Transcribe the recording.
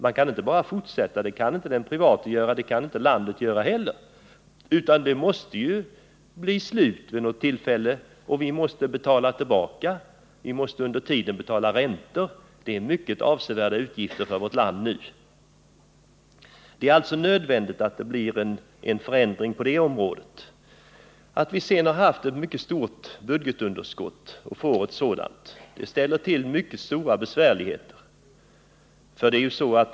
Man kan inte bara fortsätta. Det kan inte den private göra och inte heller landet. Det måste bli ett slut vid något tillfälle, och vi måste betala tillbaka. Under tiden är vi tvungna att betala räntor. De utgör nu avsevärda utgifter för vårt land. Det är alltså nödvändigt med en förändring på detta område. Att vi sedan har haft ett mycket stort budgetunderskott och får ett sådant ställer till stora besvärligheter.